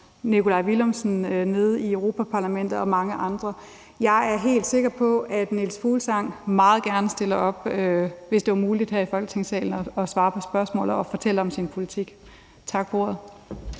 Nikolaj Villumsen nede i Europa-Parlamentet og mange andre. Jeg er helt sikker på, at Niels Fuglsang meget gerne ville stille op, hvis det var muligt, her i Folketingssalen og svare på spørgsmål og fortælle om sin politik. Tak for ordet.